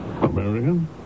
American